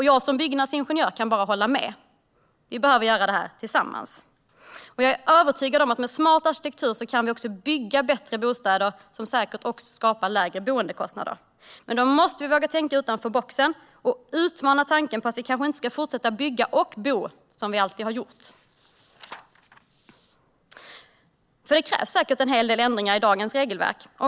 Jag, som är byggnadsingenjör, kan bara hålla med. Vi behöver göra detta tillsammans. Jag är övertygad om att vi med smart arkitektur kan bygga bättre bostäder och skapa lägre boendekostnader. Men då måste vi våga tänka utanför boxen och utmana tanken. Vi kanske inte ska fortsätta att bygga och bo som vi alltid har gjort. Det krävs säkert en hel del ändringar i dagens regelverk.